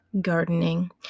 gardening